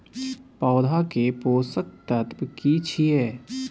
पौधा के पोषक तत्व की छिये?